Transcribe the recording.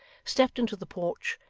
stepped into the porch,